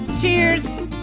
Cheers